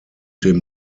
dem